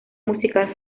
musical